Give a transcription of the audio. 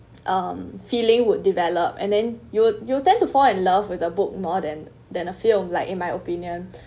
um feeling would develop and then you you tend to fall in love with a book more than than a film like in my opinion